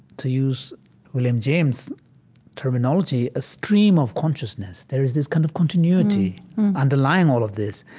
to use william james' terminology, a stream of consciousness. there is this kind of continuity underlying all of this.